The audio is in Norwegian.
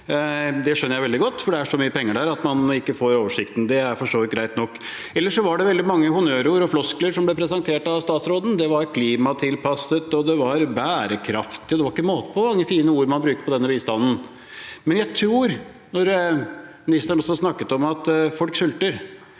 Det skjønner jeg veldig godt, for det er så mye penger der at man ikke får oversikten. Det er for så vidt greit nok. Ellers var det veldig mange honnørord og floskler som ble presentert av statsråden. Det var klimatilpasset, og det var bærekraftig, og det var ikke måte på hvor mange fine ord man brukte om denne bistanden. Men ministeren snakket også om at folk sulter.